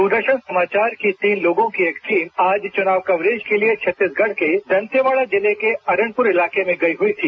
दूरदर्शन समाचार के तीन लोगों की एक टीम आज चुनाव कवरेज के लिए छत्तीसगढ़ के दंतेवाड़ा जिले के अरनपुर इलाके में गई हुई थी